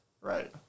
Right